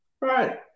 Right